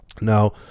Now